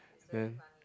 then